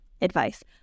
advice